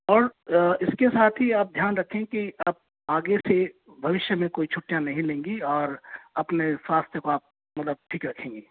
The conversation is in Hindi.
और इसके साथ ही आप ध्यान रखें कि आप आगे से भविष्य में कोई छुट्टियाँ नहीं लेंगी और अपने स्वास्थ्य को आप मतलब ठीक रखेंगी